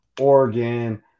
Oregon